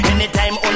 Anytime